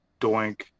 doink